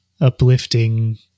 uplifting